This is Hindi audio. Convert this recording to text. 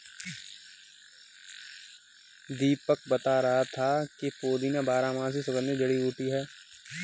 दीपक बता रहा था कि पुदीना बारहमासी सुगंधित जड़ी बूटी है